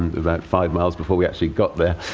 about five miles before we actually got there.